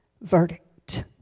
verdict